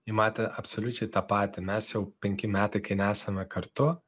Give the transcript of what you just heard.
ji matė absoliučiai tą patį mes jau penki metai kai nesame kartu